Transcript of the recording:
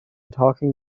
talking